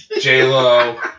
J.Lo